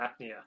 apnea